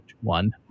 one